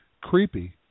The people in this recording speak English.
creepy